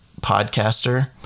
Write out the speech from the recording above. podcaster